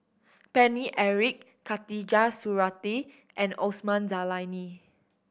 Paine Eric Khatijah Surattee and Osman Zailani